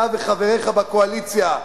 אתה וחבריך בקואליציה,